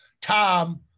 Tom